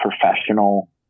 professional